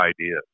ideas